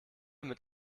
mit